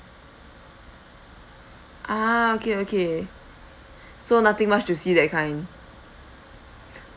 ah okay okay so nothing much to see that kind